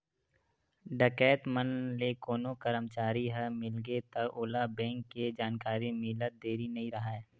डकैत मन ले कोनो करमचारी ह मिलगे त ओला बेंक के जानकारी मिलत देरी नइ राहय